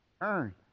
earn